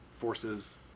forces